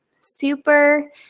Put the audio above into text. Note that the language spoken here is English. Super